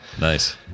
Nice